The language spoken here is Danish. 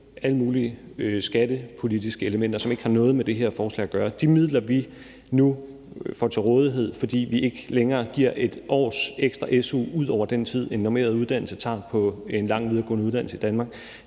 alle mulige skattepolitiske elementer, som ikke har noget med det her forslag at gøre. De midler, vi nu får til rådighed, fordi vi ikke længere giver 1 års ekstra su ud over den tid, en normeret uddannelse tager på en lang videregående uddannelse i Danmark,